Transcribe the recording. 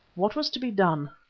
what was to be done?